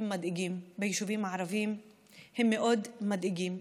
ביישובים הערביים הם מאוד מדאיגים.